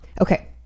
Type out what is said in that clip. okay